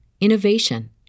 innovation